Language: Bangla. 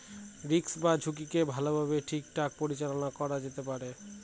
রিস্ক বা ঝুঁকিকে ভালোভাবে ঠিকঠাক পরিচালনা করা যেতে পারে